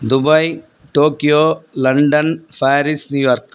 Dubai Tokyo London Paris New York